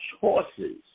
choices